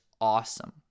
awesome